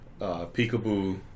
Peekaboo